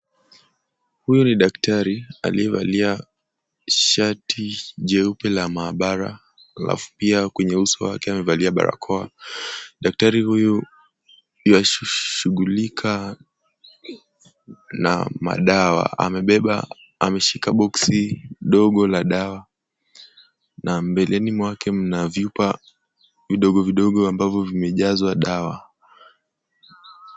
Huyu ni daktari aliyevalia shati jeupe la maabara halafu pia kwenye uso wake amevalia barakoa. Daktari huyu yuwashughulika na madawa. Amebeba, ameshika boksi dogo la dawa na mbele mwake mna vyupa vidogo vidogo ambavyo vimejazwa dawa.